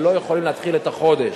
שלא יכולים להתחיל את החודש.